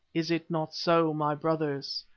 is it not so, my brothers?